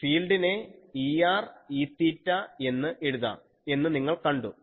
ഫീൽഡിനെ Er Eθ എന്ന് എഴുതാം എന്ന് നിങ്ങൾ കണ്ടു